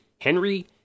Henry